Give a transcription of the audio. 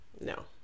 No